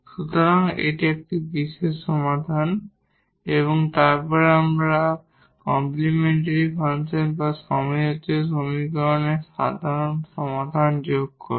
সুতরাং এটি একটি বিশেষ সমাধান এবং তারপর যখন আমরা কমপ্লিমেন্টরি ফাংশন বা হোমোজিনিয়াস সমীকরণের সাধারণ সমাধান যোগ করি